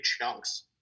chunks